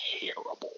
terrible